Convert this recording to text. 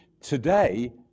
Today